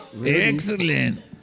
Excellent